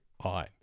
on